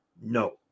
No